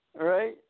Right